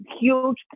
huge